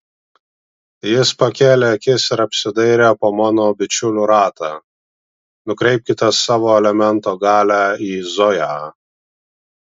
jis pakėlė akis ir apsidairė po mano bičiulių ratą nukreipkite savo elemento galią į zoją